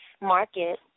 Market